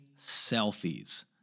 selfies